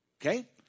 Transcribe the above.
Okay